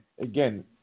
again